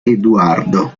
eduardo